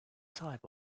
type